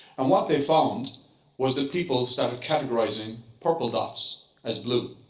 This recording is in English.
and what they found was that people started categorizing purple dots as blue.